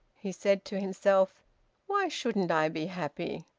he said to himself why shouldn't i be happy?